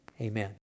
Amen